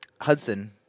Hudson